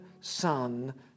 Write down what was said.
son